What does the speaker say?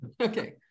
Okay